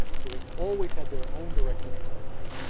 so they always had their own direct interest in mind.